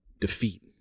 defeat